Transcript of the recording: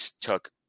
took